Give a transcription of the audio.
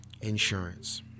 insurance